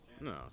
No